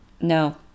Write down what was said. No